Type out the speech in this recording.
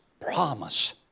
promise